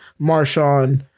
Marshawn